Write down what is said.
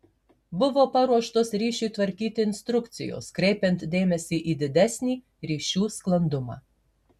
buvo paruoštos ryšiui tvarkyti instrukcijos kreipiant dėmesį į didesnį ryšių sklandumą